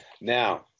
now